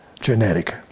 genetic